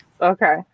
Okay